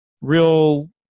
real